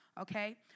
okay